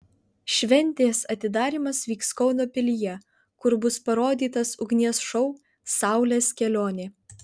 šventės atidarymas vyks kauno pilyje kur bus parodytas ugnies šou saulės kelionė